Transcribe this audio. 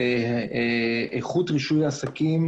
איכות רישוי עסקים,